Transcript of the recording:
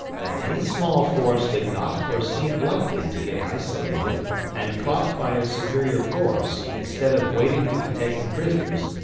that any small force that got or seemed likely to get isolated and caught by a superior force instead of waiting to be taken prisoners,